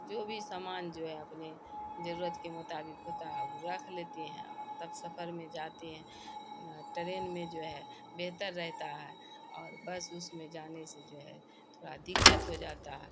جو بھی سامان جو ہے اپنے ضرورت کے مطابق ہوتا ہے وہ رکھ لیتے ہیں اور تب سفر میں جاتے ہیں ٹرین میں جو ہے بہتر رہتا ہے اور بس اس میں جانے سے جو ہے تھوڑا دقت ہو جاتا ہے